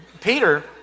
Peter